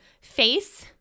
face